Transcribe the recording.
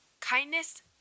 Kindness